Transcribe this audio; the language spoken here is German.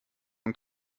und